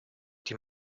die